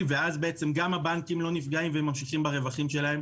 כך גם הבנקים לא נפגעים והם ממשיכים ברווחים שלהם,